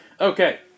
Okay